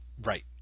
Right